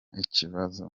ikibazo